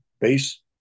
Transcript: base